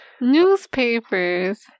Newspapers